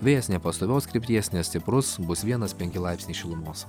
vėjas nepastovios krypties nestiprus bus vienas penki laipsniai šilumos